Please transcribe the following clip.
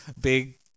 big